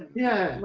yeah.